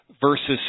versus